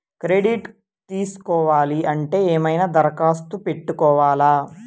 Credit తీసుకోవాలి అంటే ఏమైనా దరఖాస్తు పెట్టుకోవాలా?